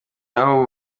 aho